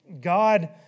God